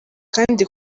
kandi